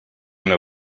una